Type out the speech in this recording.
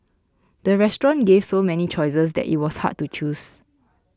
the restaurant gave so many choices that it was hard to choose